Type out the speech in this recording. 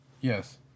Yes